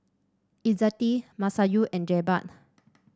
Izzati Masayu and Jebat